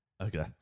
Okay